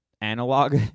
analog